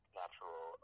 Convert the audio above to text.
natural